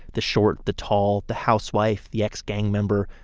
the short, the tall, the housewife, the ex-gang member,